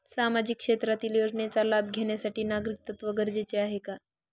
सामाजिक क्षेत्रातील योजनेचा लाभ घेण्यासाठी नागरिकत्व गरजेचे आहे का?